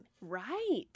Right